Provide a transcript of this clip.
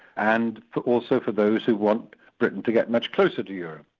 and also for those who want britain to get much closer to europe.